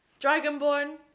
Dragonborn